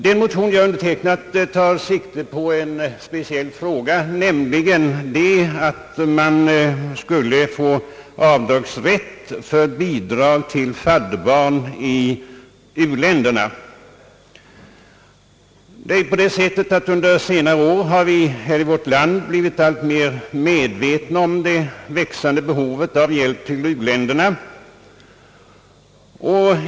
Den motion som jag varit med om att underteckna tar sikte på en speciell fråga, nämligen att man skulle få avdragsrätt för bidrag till fadderbarn i u-länder. Under senare år har vi här i vårt land blivit alltmer medvetna om det växande behovet av hjälp till uländerna.